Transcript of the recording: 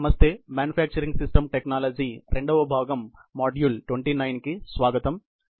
నమస్తే manufacturing system technology 2 వ భాగం మాడ్యూల్ 29 కి స్వాగతం